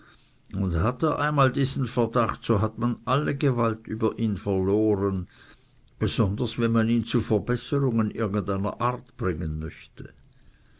und hat er einmal diesen verdacht so hat man alle gewalt über ihn verloren besonders wenn man ihn zu verbesserungen irgend einer art bringen möchte